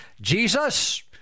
Jesus